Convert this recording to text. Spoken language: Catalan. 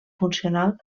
funcional